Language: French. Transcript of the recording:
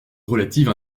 relative